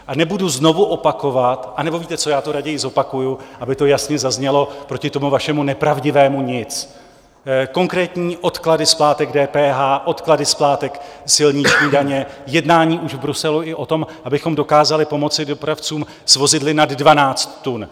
A nebudu znovu opakovat anebo víte co, já to raději zopakuju, aby to jasně zaznělo proti tomu vašemu nepravdivému nic: konkrétní odklady splátek DPH, odklady splátek silniční daně, jednání už v Bruselu i o tom, abychom dokázali pomoci dopravcům s vozidly nad 12 tun.